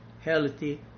healthy